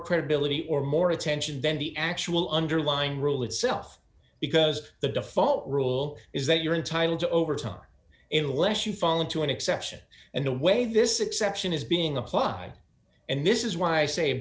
credibility or more attention than the actual underlying rule itself because the default rule is that you're entitled to overturn it unless you fall into an exception and the way this exception is being applied and this is why i say